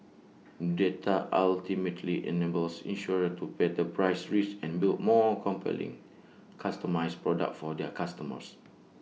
data ultimately enables insurers to better price risk and build more compelling customised products for their customers